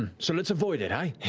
so let's avoid it, ah?